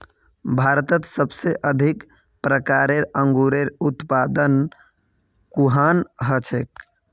भारतत सबसे अधिक प्रकारेर अंगूरेर उत्पादन कुहान हछेक